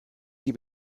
die